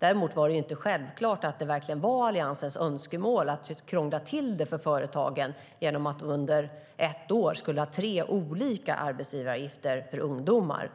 Däremot var det inte självklart att Alliansens önskemål var att krångla till det för företagen genom att de under ett års tid skulle ha tre olika arbetsgivaravgifter för ungdomar.